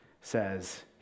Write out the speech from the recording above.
says